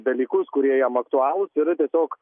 dalykus kurie jam aktualūs ir tiesiog